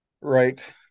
Right